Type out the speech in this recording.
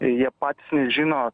jie patys nežino